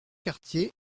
quartier